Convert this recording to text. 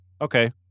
okay